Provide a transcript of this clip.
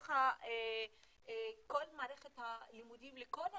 בתוך כל מערכת הלימודים לכל הגילאים.